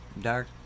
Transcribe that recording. Dark